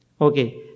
okay